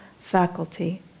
faculty